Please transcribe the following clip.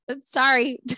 Sorry